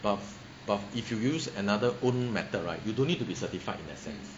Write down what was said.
but but if you use another own method right you don't need to be certified in that sense